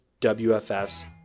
WFS